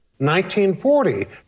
1940